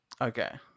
Okay